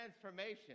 transformation